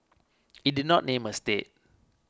it did not name a state